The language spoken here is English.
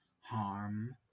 harm